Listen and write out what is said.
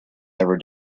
never